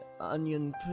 onion